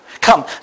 Come